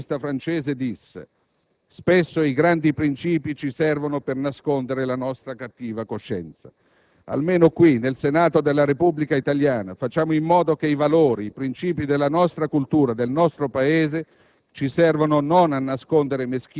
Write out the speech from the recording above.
Non ricordo più il nome, ma un umanista francese disse: «Spesso i grandi princìpi ci servono per nascondere la nostra cattiva coscienza». Almeno qui nel Senato della Repubblica italiana facciamo in modo che i valori, i princìpi della nostra cultura, del nostro Paese